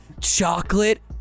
chocolate